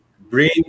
bring